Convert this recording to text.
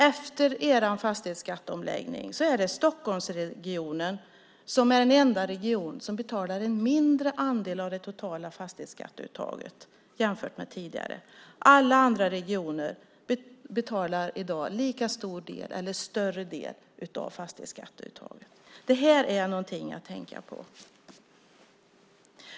Efter er fastighetsskatteomläggning är, vet vi också, Stockholmsregionen den enda region som betalar en mindre del av det totala fastighetsskatteuttaget jämfört med tidigare. Alla andra regioner betalar i dag en lika stor eller större del när det gäller fastighetsskatteuttaget. Detta är något att tänka på.